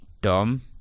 Dom